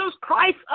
Christ